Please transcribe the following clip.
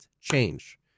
change